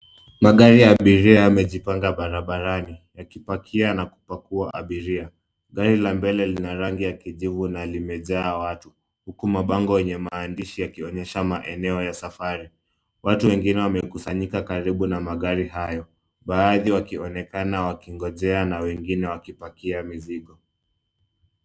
Magari ya abiria yamejipanga barabarani, yakipakia na kupakua abiria. Gari la mbele lina rangi ya kijivu na limejaa watu, huku mabango yenye maandishi yakionyesha maeneo ya safari. Watu wengine wamekusanyika karibu na magari hayo, baadhi wakionekana wakingojea na wengine wakipakia mizigo.